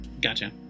Gotcha